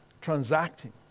transacting